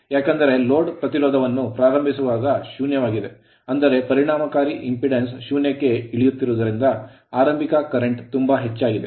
ಏಕೆಂದರೆ ಲೋಡ್ ಪ್ರತಿರೋಧವನ್ನು ಪ್ರಾರಂಭಿಸುವಾಗ ಶೂನ್ಯವಾಗಿದೆ ಅಂದರೆ ಪರಿಣಾಮಕಾರಿ impedance ಅಡೆತಡೆ ಶೂನ್ಯಕ್ಕೆ ಇಳಿಯುತ್ತಿರುವುದರಿಂದ ಆರಂಭಿಕ current ಕರೆಂಟ್ ತುಂಬಾ ಹೆಚ್ಚಾಗಿದೆ